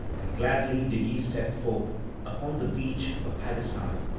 and gladly did ye step forth upon the beach of pagasae.